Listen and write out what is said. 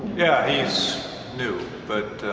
yeah. he's new. but,